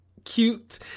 cute